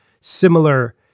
similar